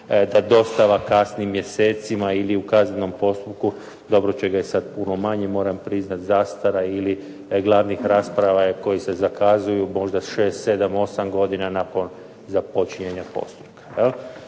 pa dostava kasni mjesecima ili u kaznenom postupku dobro čega je sada puno manje moram priznati, zastara ili glavnih rasprava kojih se zakazuju možda 6, 7, 8 godina nakon započinjanja postupka